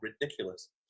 Ridiculous